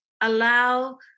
allow